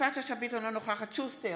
יפעת שאשא ביטון, אינה נוכחת אלון שוסטר,